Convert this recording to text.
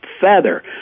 Feather